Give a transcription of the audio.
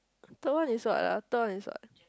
third one is what ah third one is what